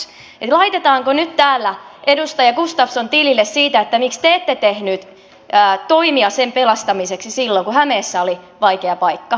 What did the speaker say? eli laitetaanko nyt täällä edustaja gustafsson tilille siitä miksi te ette tehnyt toimia sen pelastamiseksi silloin kun hämeessä oli vaikea paikka